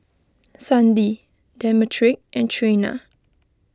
Sandie Demetric and Trena